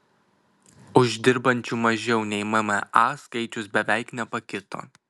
uždirbančių mažiau nei mma skaičius beveik nepakito